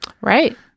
Right